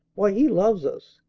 why, he loves us!